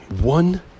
one